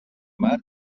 mar